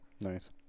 nice